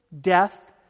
death